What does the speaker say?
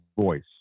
voice